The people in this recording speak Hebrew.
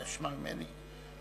שמע ממני,